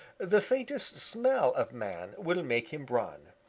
the faintest smell of man will make him run.